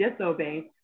disobey